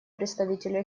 представителю